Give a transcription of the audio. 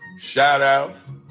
shout-outs